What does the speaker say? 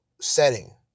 setting